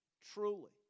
truly